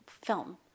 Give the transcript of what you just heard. film